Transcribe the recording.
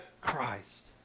Christ